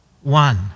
One